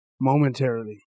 momentarily